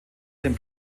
den